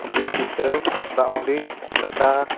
ᱡᱤᱞ ᱯᱤᱴᱷᱟᱹ ᱫᱟᱜ ᱢᱟᱹᱰᱤ ᱫᱟᱠᱟ